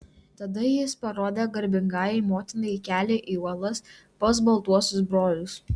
tada jis parodė garbingajai motinai kelią į uolas pas baltuosius brolius